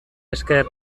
esker